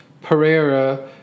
Pereira